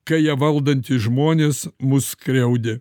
kai ją valdantys žmonės mus skriaudė